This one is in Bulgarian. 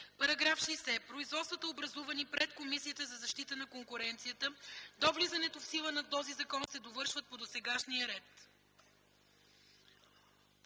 § 60: „§ 60. Производствата, образувани пред Комисията за защита на конкуренцията до влизането в сила на този закон, се довършват по досегашния ред.”